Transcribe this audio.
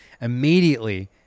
Immediately